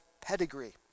pedigree